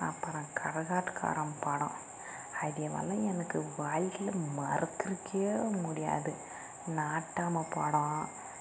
அப்புறம் கரகாட்டக்காரன் படம் அடியேமாரிலாம் எனக்கு வாழ்க்கையில மறக்கிறக்துகே முடியாது நாட்டாமை படம்